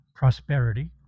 prosperity